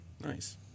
Nice